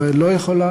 ישראל לא יכולה,